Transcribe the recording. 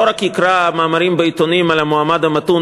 לא רק יקרא מאמרים בעיתונים על המועמד המתון